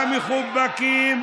המחובקים,